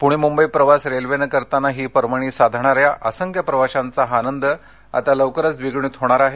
पूणे मुंबई प्रवास रेल्वेनं करताना ही पर्वणी साधणाऱ्या असंख्य प्रवाशांचा हा आनंद आता लवकरच द्विगुणीत होणार आहे